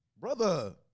brother